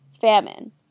famine